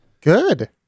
Good